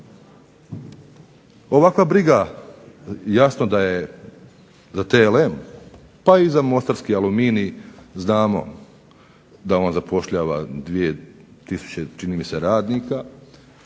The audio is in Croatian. Ovakva briga jasno da je za TLM, pa i za mostarski aluminij znamo da on zapošljava 2 tisuće čini mi se radnika,